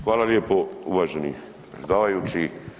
Hvala lijepo uvaženi predsjedavajući.